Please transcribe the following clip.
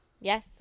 Yes